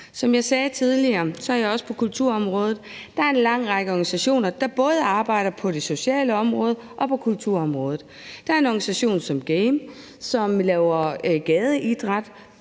Som jeg sagde tidligere, er jeg også ordfører på kulturområdet, og der er der en lang række organisationer, der både arbejder på det sociale område og på kulturområdet. Der er en organisation som GAME, som laver gadeidræt